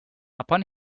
upon